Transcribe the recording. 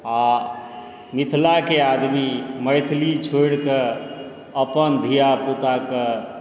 आओर मिथिलाके आदमी मैथिली छोड़िकऽ अपन धियापुताके